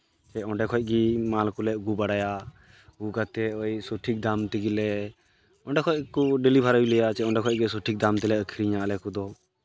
ᱡᱮ ᱚᱸᱰᱮ ᱠᱷᱚᱡ ᱜᱮ ᱢᱟᱞ ᱠᱚᱞᱮ ᱟᱹᱜᱩ ᱵᱟᱲᱟᱭᱟ ᱟᱹᱜᱩ ᱠᱟᱛᱮ ᱥᱚᱴᱷᱤᱠ ᱫᱟᱢ ᱛᱮᱜᱮᱞᱮ ᱚᱸᱰᱮ ᱠᱷᱚᱡ ᱜᱮᱠᱚ ᱰᱮᱞᱤᱵᱷᱟᱨᱤ ᱞᱮᱭᱟ ᱯᱟᱪᱮᱜ ᱚᱸᱰᱮ ᱠᱷᱚᱡ ᱜᱮ ᱥᱚᱴᱷᱤᱠ ᱫᱟᱢ ᱛᱮᱞᱮ ᱟᱹᱠᱷᱨᱤᱧᱟ ᱟᱞᱮ ᱠᱚᱫᱚ